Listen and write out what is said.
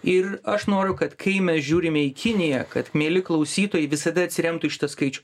ir aš noriu kad kai mes žiūrime į kiniją kad mieli klausytojai visada atsiremtų į šitą skaičių